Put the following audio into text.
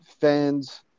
fans